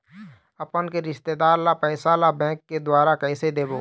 अपन के रिश्तेदार ला पैसा ला बैंक के द्वारा कैसे देबो?